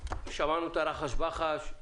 שמענו את הרחש בחש,